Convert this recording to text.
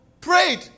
prayed